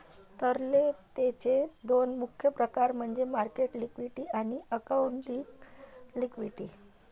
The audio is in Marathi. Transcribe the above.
तरलतेचे दोन मुख्य प्रकार म्हणजे मार्केट लिक्विडिटी आणि अकाउंटिंग लिक्विडिटी